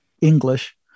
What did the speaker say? english